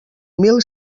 mil